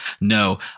No